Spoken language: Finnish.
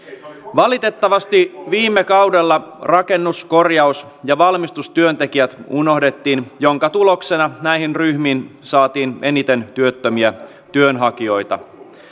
valitettavasti viime kaudella rakennus korjaus ja valmistustyöntekijät unohdettiin minkä tuloksena näihin ryhmiin saatiin eniten työttömiä työnhakijoita